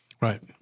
Right